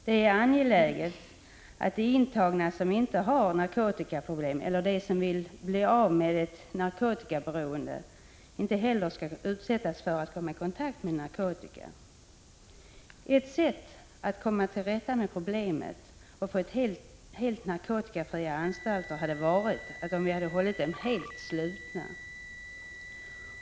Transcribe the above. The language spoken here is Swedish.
Det är angeläget att sådana intagna som inte har narkotikaproblem eller de som vill bli av med ett narkotikaberoende inte skall utsättas för risken att komma i kontakt med narkotika. Ett sätt att komma till rätta med problemet och få fullständigt narkotikafria anstalter hade varit att hålla anstalterna helt slutna.